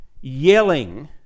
yelling